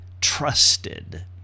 trusted